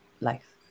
life